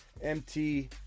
MT